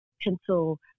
Pencil